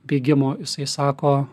bėgimo jisai sako